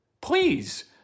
Please